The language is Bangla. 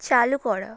চালু করা